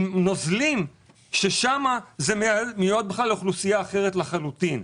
עם נוזלים וזה מיועד לאוכלוסייה אחרת לחלוטין.